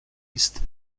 ist